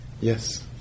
Yes